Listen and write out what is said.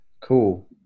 Cool